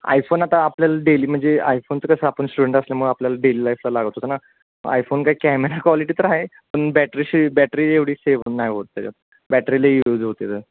iPhone आता आपल्याला daily म्हणजे आयफोनचं कसं आपण स्टुडंट असल्यामुळं आपल्याला डेली लाईफला लागत होतं ना आयफोन काय कॅमेरा क्वालिटी तर आहे पण बॅटरीशी बॅटरी एवढी सेव नाही होत त्याच्यात बॅटरी लय यूज होते ज